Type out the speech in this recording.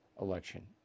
Election